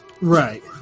Right